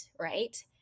right